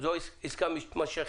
זו עסקה מתמשכת,